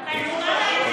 אם הוא משיב,